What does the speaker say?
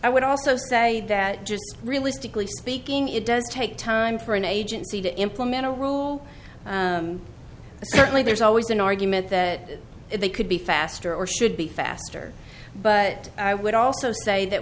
i would also say that just really stickley speaking it does take time for an agency to implement a rule certainly there's always an argument that they could be faster or should be faster but i would also say that